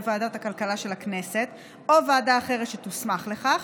ועדת הכלכלה של הכנסת או ועדה אחרת שתוסמך לכך,